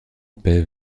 paix